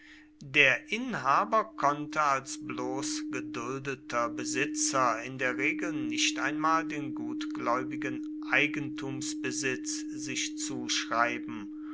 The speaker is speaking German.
der inhaber konnte als bloß geduldeter besitzer in der regel nicht einmal den gutgläubigen eigentumsbesitz sich zuschreiben